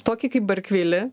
tokį kaip barkvilį